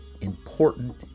important